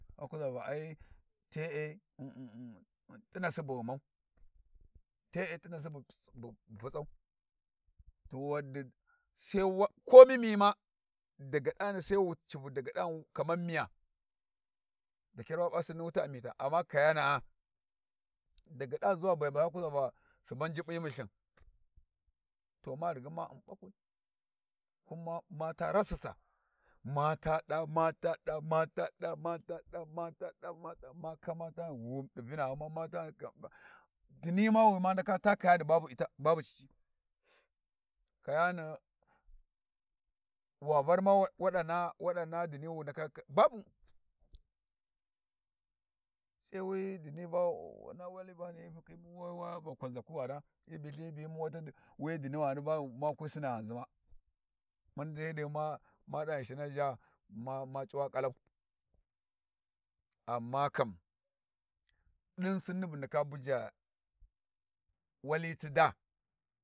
Wa kuza va ai te'e t'inasi bu ghuman te'e t'inasi bu putsau to wandi sai wa ko mimiyi ma daga dani sai wu civi daga dani kamar miya da kyar wa pa sinna wuti a mita, amma kayana'a daga ɗani zuwa Baima sai wa kuza va suban jubbi hyi milthin. To ma righi ma u'm bakwai kuma mata rasisa ma ta ɗa ma ta ɗa mata ɗa mata mata ɗa mata ɗa mata kama tani wum ɗi vinaghuma uma mata dinni ma wi ma ndaka ta kayani babu ita babu cici kayani wa var ma wada naha dini waɗa babu sai wuyi dini ba na wali bani hyi fakhi mu va kwanza kuwana hyi biyimu wata wuyi dinawani makwai sina ghanzi ma mani dai sai mada Ghinshina zha ma cuwa kalau, Amma kam din sinni bu ndaka buja wali ti daa.